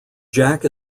jack